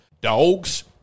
dogs